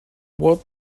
what